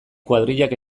kuadrillak